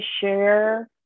share